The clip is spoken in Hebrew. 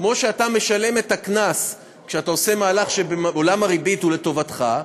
כמו שאתה משלם את הקנס כשאתה עושה מהלך שבעולם הריבית הוא לטובתך,